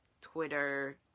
Twitter